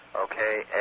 Okay